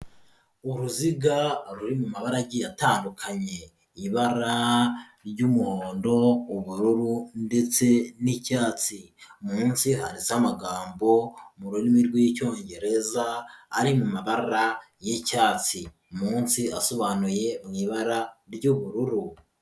Uruziga ruri mu mabara agiye atandukanye, ibara ry'umuhondo, ubururu ndetse n'icyatsi, munsi handitseho amagambo mu rurimi rw'Icyongereza ari mu mabara y'icyatsi, munsi asobanuye mu ibara ry'ubururu.